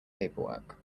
paperwork